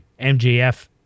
MJF